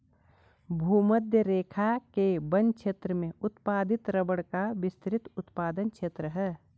भूमध्यरेखा के वन क्षेत्र में उत्पादित रबर का विस्तृत उत्पादन क्षेत्र है